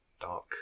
dark